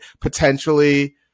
potentially